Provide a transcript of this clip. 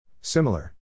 Similar